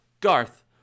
Garth